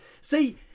See